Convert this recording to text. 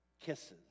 kisses